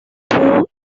two